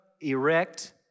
erect